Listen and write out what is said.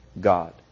God